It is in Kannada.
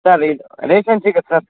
ಸರ್ ಇದು ರೇಷನ್ ಸಿಗತ್ತೆ ಸರ್